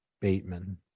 Bateman